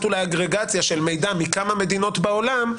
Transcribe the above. אולי אגריגציה של מידע מכמה מדינות בעולם,